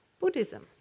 Buddhism